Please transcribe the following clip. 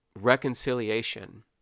reconciliation